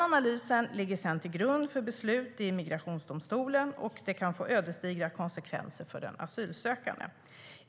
Analysen ligger sedan till grund för beslut i Migrationsdomstolen, och det kan få ödesdigra konsekvenser för den asylsökande.